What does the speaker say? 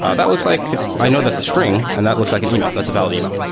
ah that looks like i know that's a string and that looks like an email. that's a valid email.